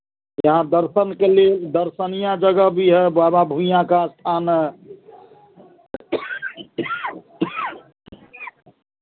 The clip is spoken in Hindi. यहाँ दर्शन के लिए दर्शनीय जगह भी है बाबा भुईंया का स्थान है